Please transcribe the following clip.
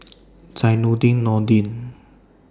Zainudin Nordin